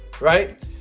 right